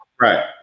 right